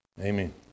Amen